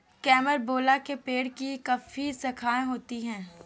carambola के पेड़ की काफी शाखाएं होती है